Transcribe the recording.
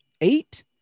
eight